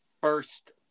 first